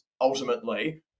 ultimately